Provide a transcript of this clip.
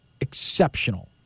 exceptional